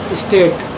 state